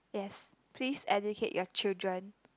yes please educate your children